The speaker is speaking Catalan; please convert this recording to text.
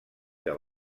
que